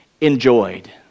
enjoyed